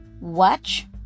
Watch